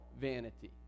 vanity